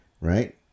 right